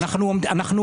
אוקסילן,